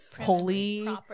holy